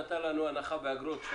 נתן לנו הנחה באגרות,